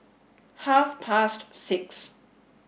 half past six